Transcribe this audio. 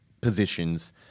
positions